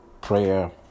prayer